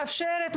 מאפשרת,